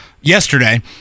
yesterday